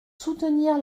soutenir